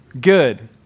good